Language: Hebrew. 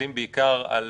מסתכלים בעיקר על